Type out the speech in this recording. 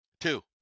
Two